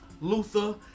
Luther